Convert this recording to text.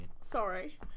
Sorry